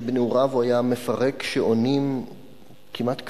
שבנעוריו הוא היה מפרק שעונים כמעט כפייתי,